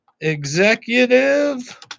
executive